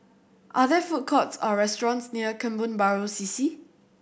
are there food courts or restaurants near Kebun Baru C C